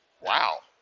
Wow